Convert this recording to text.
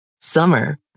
Summer